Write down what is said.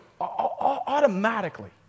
automatically